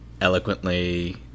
eloquently